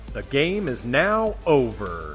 the game is now over.